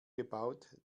gebaut